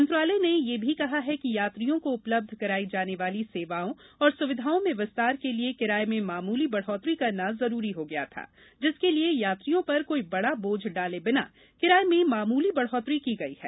मंत्रालय ने यह भी कहा है कि यात्रियों को उपलब्धं कराई जाने वाली सेवाओं और सुविधाओं में विस्तार के लिए किराये में मामूली बढ़ोतरी करना जरूरी हो गया था जिसके लिए यात्रियों पर कोई बड़ा बोझ डाले बिना किराये में मामूली बढ़ोतरी की गई है